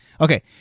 Okay